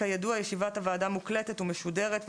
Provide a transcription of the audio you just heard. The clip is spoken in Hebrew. כידוע ישיבת הוועדה מוקלטת ומשודרת,